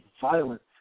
violence